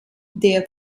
der